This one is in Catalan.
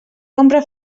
compra